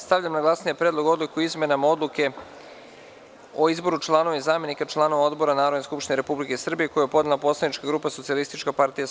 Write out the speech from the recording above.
Stavljam na glasanje Predlog odluke o izmenama Odluke o izboru članova i zamenika članova odbora Narodne skupštine Republike Srbije, koji je podnela poslanička grupa Socijalistička partija Srbije.